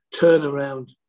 turnaround